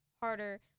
harder